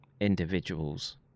individuals